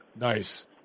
Nice